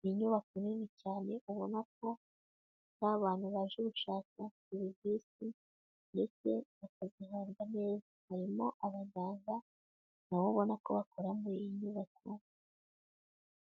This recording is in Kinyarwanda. ni inyubako nini cyane, ubona ko hari abantu baje gushaka serivisi ndetse bakazihabwa neza. Harimo abaganga na bo ubona ko bakora muri iyi nyubako,...